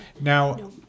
Now